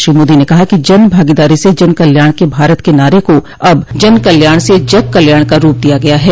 श्री मोदी ने कहा कि जन भागीदारी से जन कल्याण के भारत के नारे को अब जन कल्याण से जग कल्याण का रूप दिया गया है